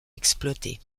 exploiter